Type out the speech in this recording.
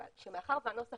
מאחר והנוסח